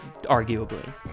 arguably